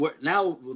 now